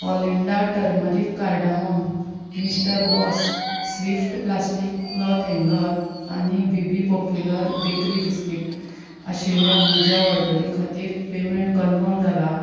Olinda turmeric cardamom Mister Boss Swift plastic cloth हँगर आनी B B popular bakery biscuit आशिल्ल्या म्हज्या ऑर्डरी खातीर पेमेंट कन्फर्म जाला